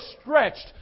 stretched